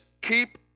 Keep